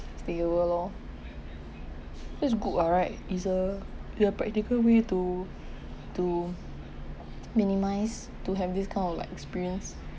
safer lor feels good ah right is a is a practical way to to minimise to have this kind of like experience